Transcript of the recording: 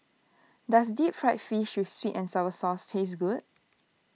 does Deep Fried Fish with Sweet and Sour Sauce taste good